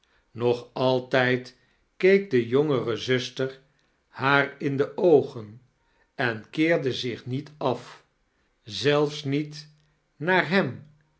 nog altijd keek de jongere zuster haar in de oogen en keerd zich niet af zelfs niet naar hem